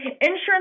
Insurance